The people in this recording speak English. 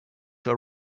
were